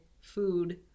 food